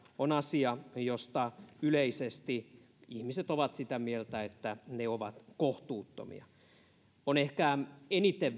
on asia josta yleisesti ihmiset ovat sitä mieltä että ne ovat kohtuuttomia sähkön siirtohintoihin liittyvät kysymykset ovat ehkä eniten